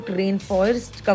rainforest